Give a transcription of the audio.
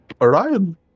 Orion